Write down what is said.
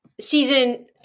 Season